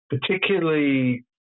particularly